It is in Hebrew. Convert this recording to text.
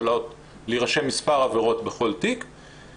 יכולות להירשם מספר עבירות בכל תיק,